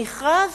המכרז